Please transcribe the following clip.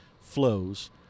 flows